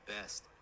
best